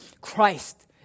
Christ